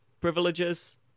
privileges